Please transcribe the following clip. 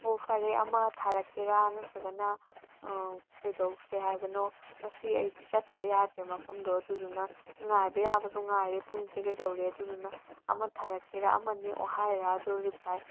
ꯑꯣ ꯐꯔꯦ ꯑꯃ ꯊꯥꯔꯛꯀꯦꯔ ꯅꯠꯇ꯭ꯔꯒꯅ ꯀꯩꯗꯧꯁꯦ ꯍꯥꯏꯕꯅꯣ ꯉꯁꯤ ꯑꯩꯗꯤ ꯆꯠꯇꯕ ꯌꯥꯗ꯭ꯔꯦ ꯃꯐꯝꯗꯣ ꯑꯗꯨꯗꯨꯅ ꯉꯥꯏꯕ ꯌꯥꯕꯁꯨ ꯉꯥꯏꯔꯦ ꯄꯨꯡꯁꯦ ꯀꯩꯗꯧꯔꯦ ꯑꯗꯨꯗꯨꯅ ꯑꯃ ꯊꯥꯔꯛꯀꯦꯔ ꯑꯃ ꯅꯦꯛꯑꯣ ꯍꯥꯏꯔ ꯑꯗꯣ ꯔꯤꯄ꯭ꯂꯥꯏ